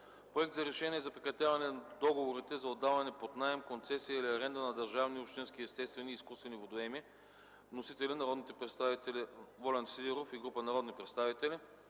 Проект за решение за прекратяване на договорите за отдаване под наем, концесия или аренда на държавни и общински естествени и изкуствени водоеми. Вносители – народният представител Волен Сидеров и група народни представители.